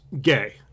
gay